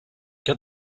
get